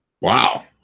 Wow